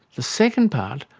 the second part,